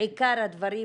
עיקר הדברים,